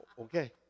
Okay